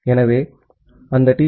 ஆகவே அந்த டி